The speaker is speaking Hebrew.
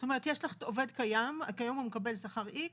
זאת אומרת - יש לך עובד קיים שכיום מקבל שכר X,